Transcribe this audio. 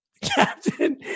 captain